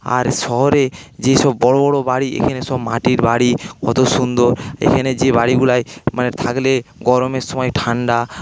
আর শহরে যে সব বড়ো বড়ো বাড়ি এখানে সব মাটির বাড়ি কত সুন্দর এখানে যে বাড়িগুলোয় মানে থাকলে গরমের সময় ঠাণ্ডা